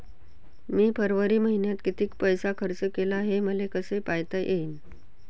मी फरवरी मईन्यात कितीक पैसा खर्च केला, हे मले कसे पायता येईल?